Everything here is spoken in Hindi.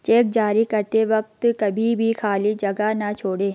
चेक जारी करते वक्त कभी भी खाली जगह न छोड़ें